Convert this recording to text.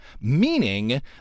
Meaning